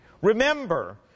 Remember